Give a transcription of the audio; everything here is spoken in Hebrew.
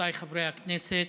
רבותיי חברי הכנסת,